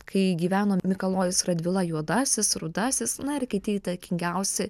kai gyveno mikalojus radvila juodasis rudasis na ir kiti įtakingiausi